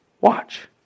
watch